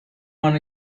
want